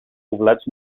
poblats